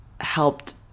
helped